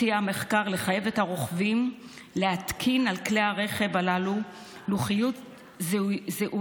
המחקר הציע לחייב את הרוכבים להתקין על כלי הרכב הללו לוחיות זיהוי,